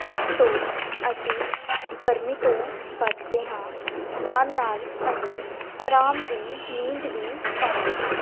ਇਸ ਤੋਂ ਅਸੀਂ ਗਰਮੀ ਤੋਂ ਬਚਦੇ ਹਾਂ ਨਾਲ ਨਾਲ ਅਸੀਂ ਆਰਾਮ ਦੀ ਨੀਂਦ ਵੀ ਸੌਂਦੇ ਹਾਂ